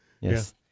Yes